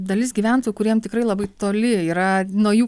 dalis gyventojų kuriem tikrai labai toli yra nuo jų